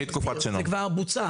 נכנסו לאירופה,